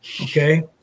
Okay